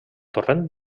torrent